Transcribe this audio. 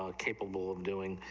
ah capable of doing,